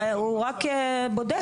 הוא רק בודק.